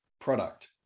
product